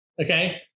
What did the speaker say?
Okay